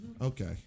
Okay